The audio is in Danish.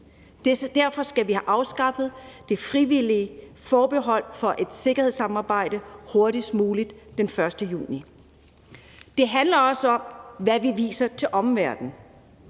Derfor skal vi have afskaffet det frivillige forbehold for et sikkerhedssamarbejde hurtigst muligt den 1. juni. Det handler også om, hvad man viser til omverdenen.